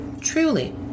truly